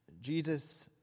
Jesus